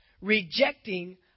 Rejecting